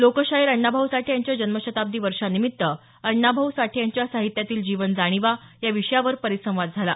लोकशाहीर अण्णाभाऊ साठे यांच्या जन्मशताब्दी वर्षानिमित्त अण्णाभाऊ साठे यांच्या साहित्यातील जीवन जाणीवा या विषयावर परिसंवाद झाला